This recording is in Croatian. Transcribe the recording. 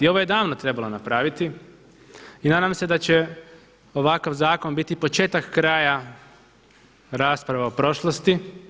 I ovo je davno trebalo napraviti i nadam se da će ovakav zakon biti početak kraja rasprava o prošlosti.